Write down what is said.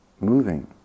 moving